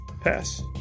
pass